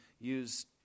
use